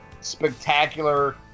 spectacular